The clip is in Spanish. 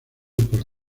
por